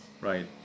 Right